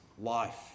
life